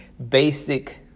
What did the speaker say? Basic